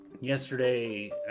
yesterday